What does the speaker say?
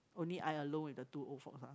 only I alone with the two old folks ah